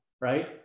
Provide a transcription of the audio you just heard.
right